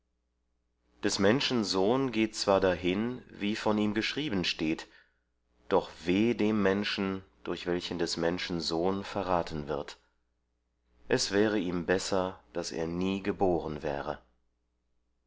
des menschen sohn geht zwar dahin wie von ihm geschrieben steht doch weh dem menschen durch welchen des menschen sohn verraten wird es wäre ihm besser daß er nie geboren wäre